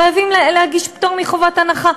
חייבים להגיש בפטור מחובת הנחה.